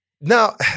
Now